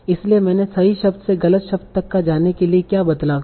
इसलिए मैंने सही शब्द से गलत शब्द तक जाने के लिए क्या बदलाव किया